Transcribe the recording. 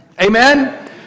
Amen